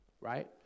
right